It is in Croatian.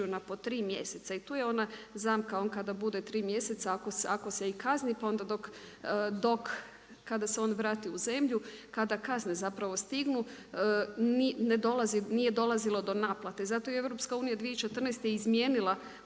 na po 3 mjeseca. I tu je ona zamka, on kada bude 3 mjeseca, ako se i kazni, pa onda dok kada se on vrati u zemlju, kada kazne zapravo stignu, ne dolazi, nije dolazilo do naplate. Zato je i Europska Unija 2014. izmijenila